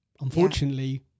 unfortunately